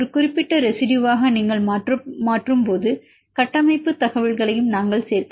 குறிப்பிட்ட ரெசிடுயுவாக நீங்கள் மாற்றும்போது கட்டமைப்பு தகவல்களையும் நாங்கள் சேர்க்கலாம்